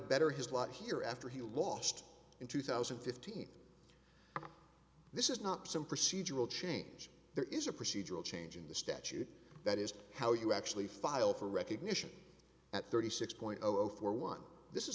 better his lot here after he lost in two thousand and fifteen this is not some procedural change there is a procedural change in the statute that is how you actually file for recognition at thirty six point zero zero four one this is